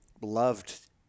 loved